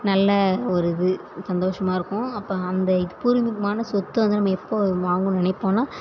நல்ல ஒரு இது சந்தோஷமா இருக்கும் அப்போ அந்த இது பூர்வீகமான சொத்து வந்து நம்ம எப்போ வாங்கணுன்னு நினைப்போன்னா